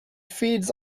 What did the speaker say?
feeds